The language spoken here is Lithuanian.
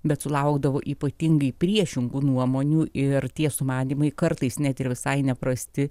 bet sulaukdavo ypatingai priešingų nuomonių ir tie sumanymai kartais net ir visai neprasti